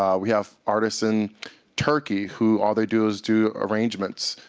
um we have artists in turkey who all they do is do arrangements,